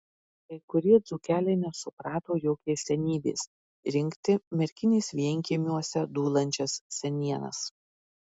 kai kurie dzūkeliai nesuprato jo keistenybės rinkti merkinės vienkiemiuose dūlančias senienas